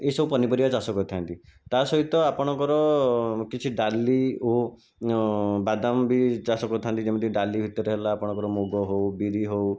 ଏହିସବୁ ପନିପରିବା ଚାଷ କରିଥାନ୍ତି ତା ସହିତ ଆପଣଙ୍କର କିଛି ଡାଲି ଓ ବାଦାମ ବି ଚାଷ କରିଥାନ୍ତି ଯେମିତି କି ଡାଲି ଭିତରେ ହେଲା ଆପଣଙ୍କର ମୁଗ ହେଉ ବିରି ହେଉ